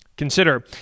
Consider